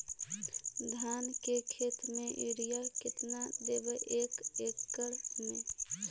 धान के खेत में युरिया केतना देबै एक एकड़ में?